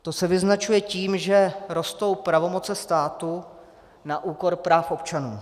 To se vyznačuje tím, že rostou pravomoce státu na úkor práv občanů.